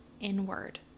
inward